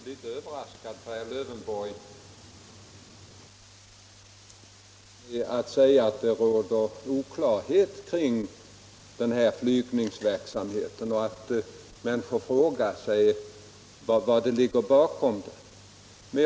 Herr talman! Jag blir litet överraskad av herr Lövenborg. Han börjar sitt anförande med att säga att det råder oklarhet kring den här flygverksamheten och att människor frågar sig vad som ligger bakom den.